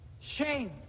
Shame